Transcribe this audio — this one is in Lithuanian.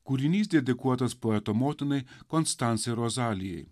kūrinys dedikuotas poeto motinai konstancijai rozalijai